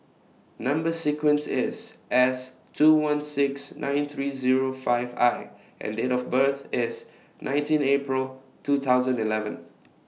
Number sequence IS S two one six nine three Zero five I and Date of birth IS nineteen April two thousand eleven